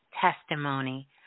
testimony